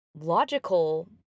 logical